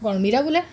કોણ મીરા બોલે